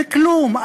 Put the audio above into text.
זה כלום,